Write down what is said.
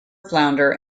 flounder